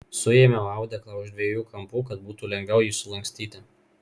suėmiau audeklą už dviejų kampų kad būtų lengviau jį sulankstyti